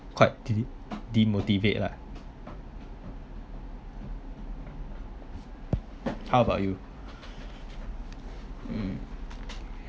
quite de~ demotivate lah how about you mm